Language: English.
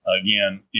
Again